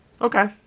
Okay